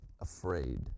afraid